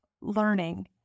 learning